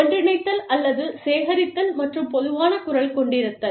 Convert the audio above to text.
ஒன்றிணைத்தல் அல்லது சேகரித்தல் மற்றும் பொதுவான குரல் கொண்டிருத்தல்